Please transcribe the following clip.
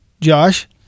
Josh